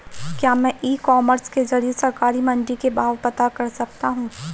क्या मैं e commerce के ज़रिए सरकारी मंडी के भाव पता कर सकता हूँ?